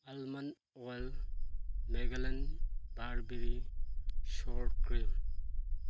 almond ꯋꯥꯜ ꯂꯦꯒꯂꯟ barberry sour cream